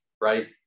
right